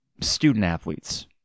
student-athletes